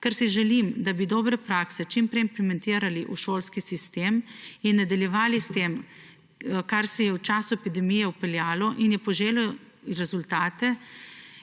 Ker si želim, da bi dobre prakse čim prej implementirali v šolski sistem in nadaljevali s tem, kar se je v času epidemije vpeljalo in je poželo rezultate,